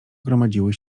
gromadziły